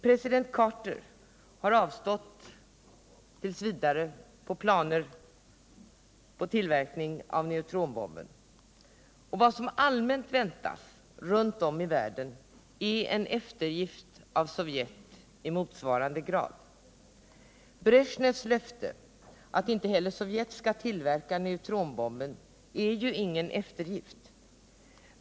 President Carter har avstått t. v. från planer på tillverkning av neutronbomben, och vad som allmänt väntas runt om i världen är en eftergift av Sovjet i motsvarande grad. Bresjnevs löfte att inte heller Sovjet skall tillverka neutronbomben är ju ingen eftergift.